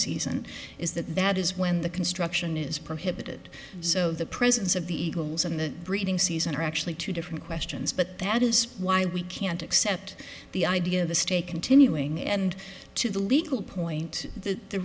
season is that that it is when the construction is prohibited so the presence of the eagles and the breeding season are actually two different questions but that is why we can't accept the idea of the stay continuing and to the legal point th